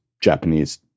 Japanese